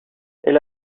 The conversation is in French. elle